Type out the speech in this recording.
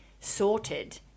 sorted